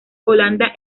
holanda